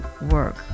work